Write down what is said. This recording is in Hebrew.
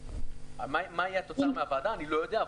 מה תהיה התוצאה מהוועדה, אני לא יודע.